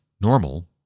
normal